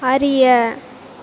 அறிய